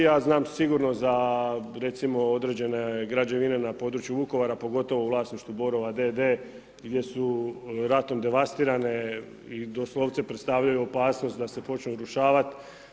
Ja znam sigurno za recimo određene građevine na području Vukovara, pogotovo u vlasništvu Borova d.d. gdje su ratom devastirane i doslovce predstavljaju opasnost da se počnu urušavati.